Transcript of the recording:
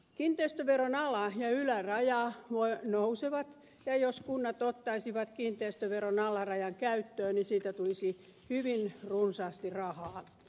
kiinteistöveron ala ja yläraja nousevat ja jos kunnat ottaisivat kiinteistöveron alarajan käyttöön niin siitä tulisi hyvin runsaasti rahaa